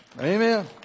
Amen